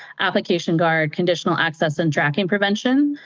application guard, conditional access, and tracking prevention.